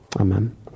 Amen